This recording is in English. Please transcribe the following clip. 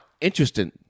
interesting